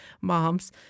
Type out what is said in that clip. moms